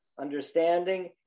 understanding